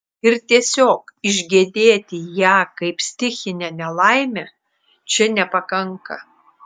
ir tiesiog išgedėti ją kaip stichinę nelaimę čia nepakanka